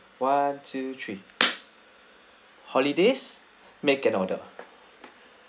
one two three holidays make an order